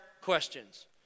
questions